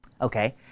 Okay